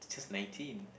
just nineteen